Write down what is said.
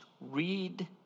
read